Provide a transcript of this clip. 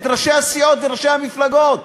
את ראשי הסיעות וראשי המפלגות.